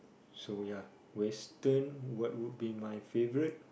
so ya Western what would be my favorite